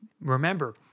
remember